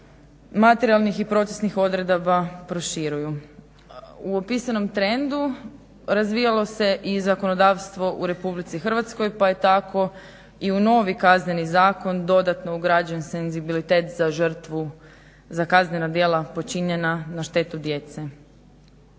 materijalnih i procesnih proširuju. U opisanom trendu razvijalo se i zakonodavstvo u Republici Hrvatskoj pa je tako i u novi KZ dodatno ugrađen senzibilitet za kaznena djela počinjena na štetu djece.